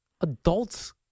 Adults